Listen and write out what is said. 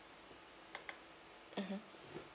mmhmm